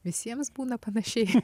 visiems būna panašiai